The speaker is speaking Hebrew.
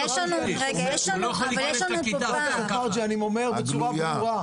אני אומר בצורה ברורה.